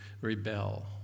rebel